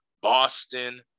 Boston